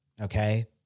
okay